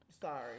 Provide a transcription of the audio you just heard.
sorry